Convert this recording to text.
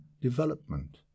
development